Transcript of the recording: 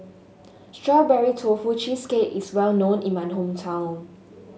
Strawberry Tofu Cheesecake is well known in my hometown